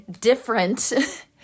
different